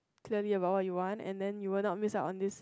clearly about what you want and then you will not miss out on this